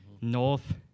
north